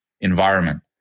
environment